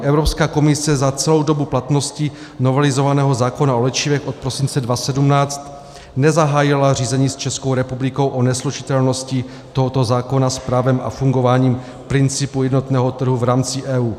Evropská komise za celou dobu platnosti novelizovaného zákona o léčivech od prosince 2017 nezahájila řízení s Českou republikou o neslučitelnosti tohoto zákona s právem a fungováním principu jednotného trhu v rámci EU.